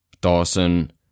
Dawson